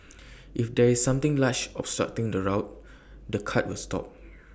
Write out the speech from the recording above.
if there is something large obstructing the route the cart will stop